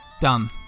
Done